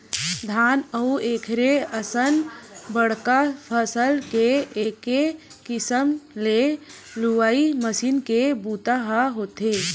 धान अउ एखरे असन बड़का फसल के एके किसम ले लुवई मिजई के बूता ह होथे